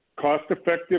cost-effective